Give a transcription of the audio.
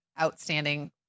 outstanding